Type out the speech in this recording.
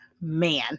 man